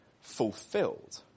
fulfilled